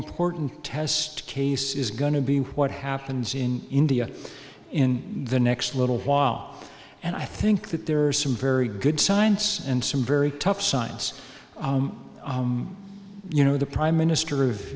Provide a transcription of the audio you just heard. important test case is going to be what happens in india in the next little while and i think that there are some very good science and some very tough science you know the prime minister of